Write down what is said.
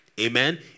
amen